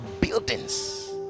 buildings